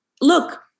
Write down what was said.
look